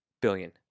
billion